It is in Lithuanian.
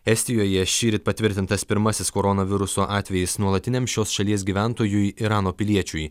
estijoje šįryt patvirtintas pirmasis koronaviruso atvejis nuolatiniam šios šalies gyventojui irano piliečiui